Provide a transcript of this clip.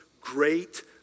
great